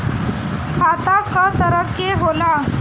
खाता क तरह के होला?